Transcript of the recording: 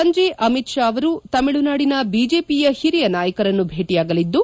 ಸಂಜೆ ಅಮಿತ್ ಷಾ ಅವರು ತಮಿಳುನಾಡಿನ ಬಿಜೆಪಿಯ ಹಿರಿಯ ನಾಯಕರನ್ನು ಭೇಟಿಯಾಗಲಿದ್ದು